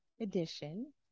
edition